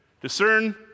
discern